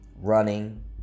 running